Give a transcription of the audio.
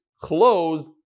closed